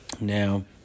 Now